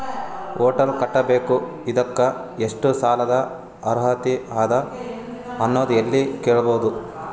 Hotel ಕಟ್ಟಬೇಕು ಇದಕ್ಕ ಎಷ್ಟ ಸಾಲಾದ ಅರ್ಹತಿ ಅದ ಅನ್ನೋದು ಎಲ್ಲಿ ಕೇಳಬಹುದು?